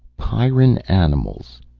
pyrran animals.